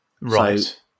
Right